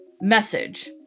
message